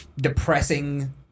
depressing